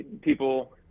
people